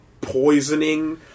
poisoning